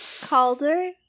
Calder